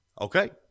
Okay